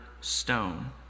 stone